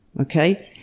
Okay